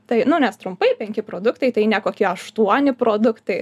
tai nu nes trumpai penki produktai tai ne kokie aštuoni produktai